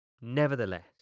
Nevertheless